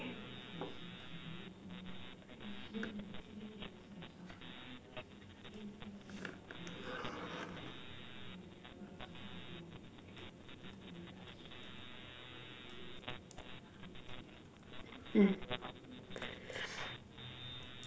mm